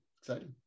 exciting